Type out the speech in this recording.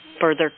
further